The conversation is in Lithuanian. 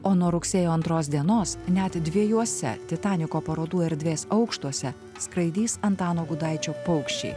o nuo rugsėjo antros dienos net dviejuose titaniko parodų erdvės aukštuose skraidys antano gudaičio paukščiai